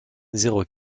zéro